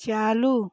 चालू